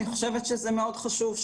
אני חושבת שזה מאוד חשוב,